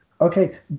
Okay